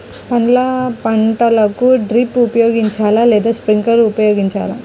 పండ్ల పంటలకు డ్రిప్ ఉపయోగించాలా లేదా స్ప్రింక్లర్ ఉపయోగించాలా?